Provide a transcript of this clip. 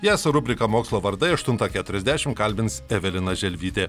ją su rubrika mokslo vardai aštuntą keturiasdešim kalbins evelina želvytė